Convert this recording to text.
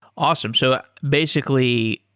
awesome. so ah basically,